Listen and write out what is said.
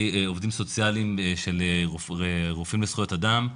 עובדים סוציאליים של רופאים לזכויות אדם,